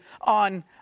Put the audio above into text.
on